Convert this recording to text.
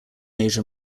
asia